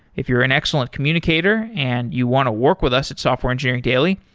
if you're an excellent communicator and you want to work with us at software engineering daily,